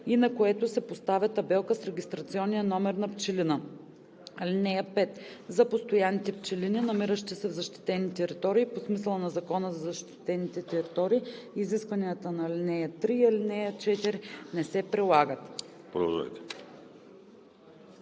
и на което се поставя табелка с регистрационния номер на пчелина. (5) За постоянните пчелини, намиращи се в защитени територии по смисъла на Закона за защитените територии, изискванията на ал. 3 и 4 не се прилагат.“ По